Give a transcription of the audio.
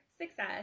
success